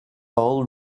all